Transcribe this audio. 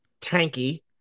Tanky